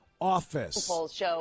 office